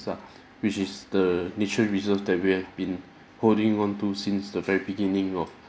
ah which is the nature reserve that we have been holding on to since the very beginning of